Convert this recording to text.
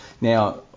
Now